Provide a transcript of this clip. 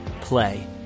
play